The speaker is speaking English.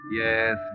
Yes